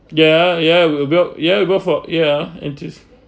ya ya we'll build ya we go for ya antic~